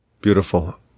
Beautiful